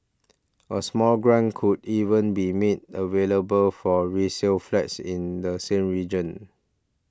a small grant could even be made available for resale flats in the same region